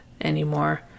anymore